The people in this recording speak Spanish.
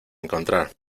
encontrar